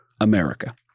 America